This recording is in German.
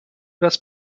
das